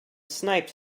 sniped